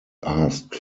asked